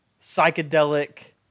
psychedelic